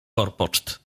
forpoczt